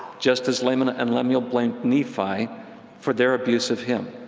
just as laman and lemuel blamed nephi for their abuse of him.